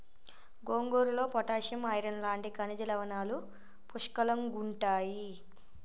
గోంగూరలో potassium, iron లాంటి ఖనిజ లవణాలు పుష్కలంగుంటాయి